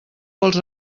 vols